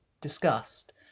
discussed